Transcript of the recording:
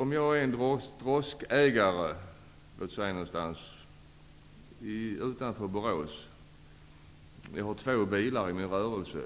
Exemplet gäller en droskägare någonstans utanför Borås med två fordon i sin rörelse.